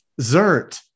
Zert